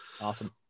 Awesome